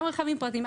גם רכבים פרטיים.